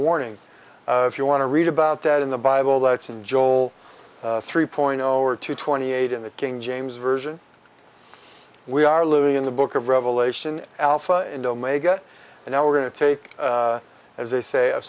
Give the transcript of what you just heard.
warning if you want to read about that in the bible that's in joel three point zero or two twenty eight in the king james version we are living in the book of revelation alpha and omega and now we're going to take as they say a